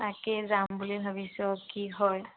তাকে যাম বুলি ভাবিছোঁ কি হয়